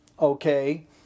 okay